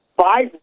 Five